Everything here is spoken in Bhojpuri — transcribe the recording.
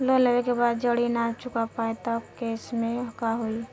लोन लेवे के बाद जड़ी ना चुका पाएं तब के केसमे का होई?